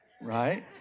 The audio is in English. right